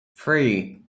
three